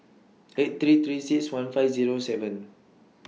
eight three three six one five Zero seven